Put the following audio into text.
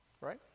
right